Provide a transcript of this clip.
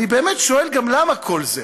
אני באמת שואל גם למה כל זה.